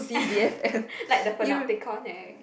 like the Panopticon [right]